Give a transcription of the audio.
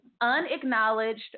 unacknowledged